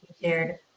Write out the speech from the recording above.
shared